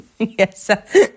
Yes